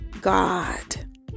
God